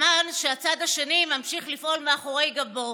בזמן שהצד השני ממשיך לפעול מאחורי גבו,